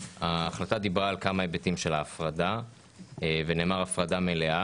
דיברה על כמה היבטים של ההפרדה ונאמר הפרדה מלאה.